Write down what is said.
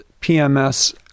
PMS